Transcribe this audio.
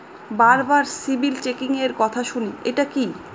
বারবার সিবিল চেকিংএর কথা শুনি এটা কি?